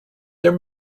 their